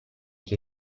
che